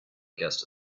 guessed